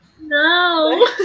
no